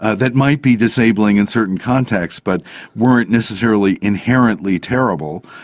ah that might be disabling in certain contexts but weren't necessarily inherently terrible.